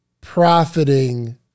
profiting